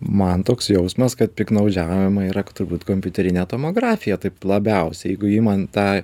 man toks jausmas kad piktnaudžiaujama yra turbūt kompiuterine tomografija taip labiausiai jeigu imant tą